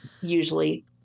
usually